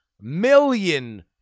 million